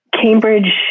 Cambridge